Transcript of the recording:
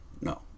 no